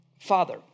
Father